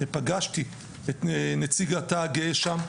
ופגשתי את נציג התא הגאה שם,